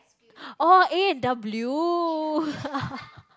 oh A-and-W